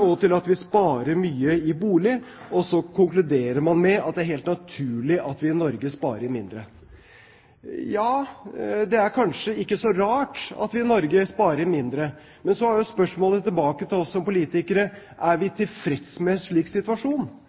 og til at vi sparer mye i bolig, og konkluderer med at det er helt naturlig at vi i Norge sparer mindre. Ja, det er kanskje ikke så rart at vi i Norge sparer mindre, men så er jo spørsmålet til oss som politikere: Er vi tilfreds med en slik situasjon?